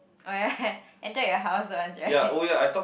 oh ya ya entered your house once right